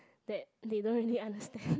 that they don't really understand